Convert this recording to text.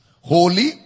holy